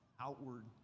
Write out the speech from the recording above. outward